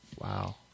Wow